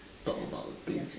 talk about thing